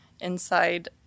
inside